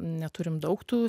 neturim daug tų